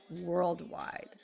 worldwide